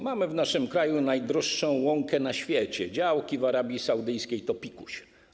Mamy w naszym kraju najdroższą łąkę na świecie, działki w Arabii Saudyjskiej to pikuś.